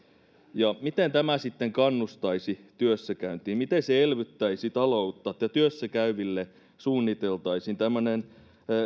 niin miten tämä sitten kannustaisi työssäkäyntiin miten se elvyttäisi taloutta että työssäkäyville suunniteltaisiin tämmöinen